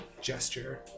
gesture